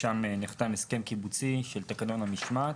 אז נחתם הסכם קיבוצי של תקנון המשמעת,